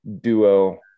duo